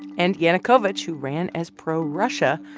and yanukovych, who ran as pro-russia,